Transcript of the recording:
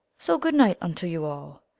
so, good night unto you all.